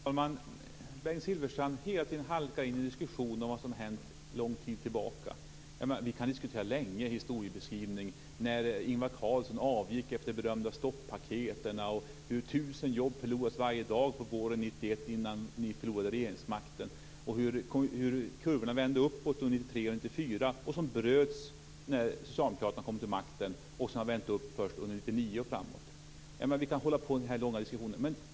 Fru talman! Bengt Silfverstrand halkar hela tiden in i diskussionen om vad som har hänt en lång tid tillbaka. Vi kan diskutera historieskrivningen länge, t.ex. när Ingvar Carlsson avgick efter berömda stoppaket, hur tusen jobb förlorades varje dag under våren 1991 innan ni förlorade regeringsmakten, hur kurvorna vände uppåt under 1993 och 1994 och som bröts när socialdemokraterna kom till makten och som har vänts upp först 1999 och framåt. Vi kan hålla på med en lång diskussion.